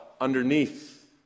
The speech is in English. underneath